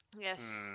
Yes